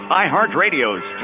iHeartRadio's